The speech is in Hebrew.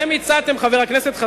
אתה בעד מדינה פלסטינית או נגד?